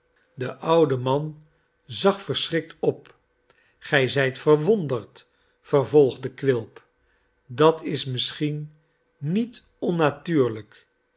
do otfde man zag versehiikl op gij zijt verwonderd vervolgde quilp dat is misschien niet onna